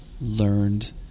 learned